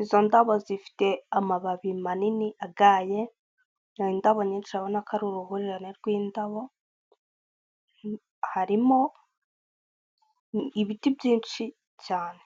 izo ndabo zifite amababi manini agaye, indabo nyinshi abona ko ari uruhurirane rw'indabo harimo ibiti byinshi cyane.